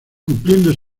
cumpliendo